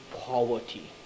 poverty